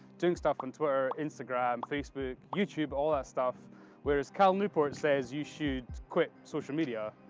doing stuff on twitter, instagram, facebook, youtube all that stuff whereas cal newport says you should quit social media.